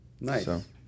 Nice